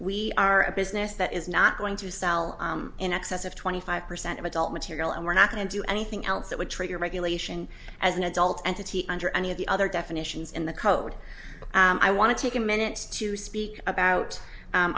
we are a business that is not going to sell in excess of twenty five percent of adult material and we're not going to do anything else that would trigger regulation as an adult entity under any of the other definitions in the code i want to take a minute to speak about